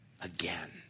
again